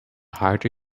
harder